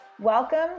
welcome